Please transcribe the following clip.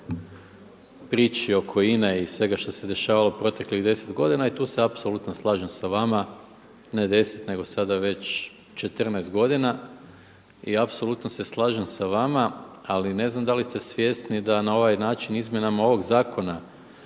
priči oko INA-e i svega što se dešavalo proteklih 10 godina i tu se apsolutno slažem sa vama. Ne 10, nego sada već 14 godina. I apsolutno se slažem sa vama, ali ne znam da li ste svjesni da na ovaj način izmjenama ovog zakona